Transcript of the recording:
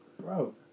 Bro